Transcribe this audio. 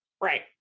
Right